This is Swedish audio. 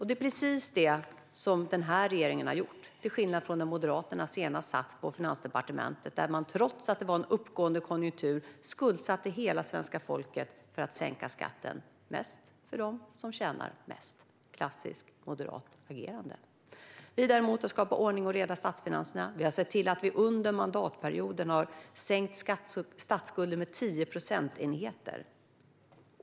Det är också precis vad denna regering har gjort, till skillnad från vad Moderaterna gjorde när de senast satt på Finansdepartementet. Trots att det var en uppåtgående konjunktur skuldsatte man hela svenska folket för att sänka skatten mest för dem som tjänar mest. Det är klassiskt moderat agerande. Vi har däremot skapat ordning och reda i statsfinanserna. Vi har sett till att vi under mandatperioden har sänkt statsskulden med 10 procentenheter.